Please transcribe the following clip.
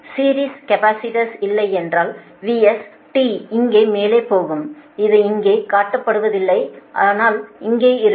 series capacitors இல்லை என்றால் VS t இங்கே மேலே போகும் இது இங்கே காட்டப்படுவதில்லை ஆனால் இங்கே இருக்கும்